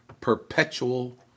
perpetual